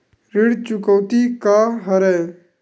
ऋण चुकौती का हरय?